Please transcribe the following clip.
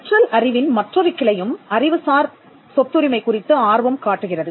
கற்றல் அறிவின் மற்றொரு கிளையும் அறிவுசார் சொத்துரிமை குறித்து ஆர்வம் காட்டுகிறது